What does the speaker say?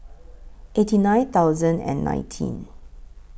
eighty nine thousand and nineteen